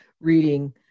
reading